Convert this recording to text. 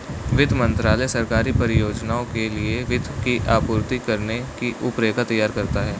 वित्त मंत्रालय सरकारी परियोजनाओं के लिए वित्त की आपूर्ति करने की रूपरेखा तैयार करता है